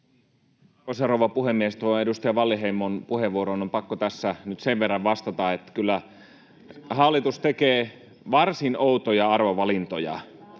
Kiitos!]